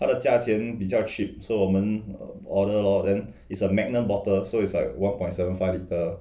它的价钱比较 cheap so 我们 order lor then is a magnum bottle so is like one point seven five litre